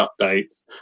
updates